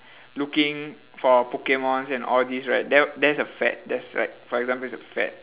looking for pokemons and all this right that that's a fad that's like for example it's a fad